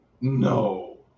No